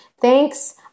Thanks